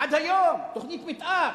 עד היום, תוכנית מיתאר,